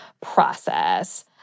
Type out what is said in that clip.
process